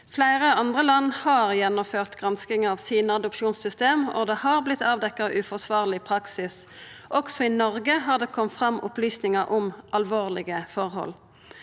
Fleire andre land har gjennomført gransking av adopsjonssystema sine, og det har vorte avdekt uforsvarleg praksis. Også i Noreg har det kome fram opplysningar om alvorlege forhold.